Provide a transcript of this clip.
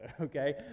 okay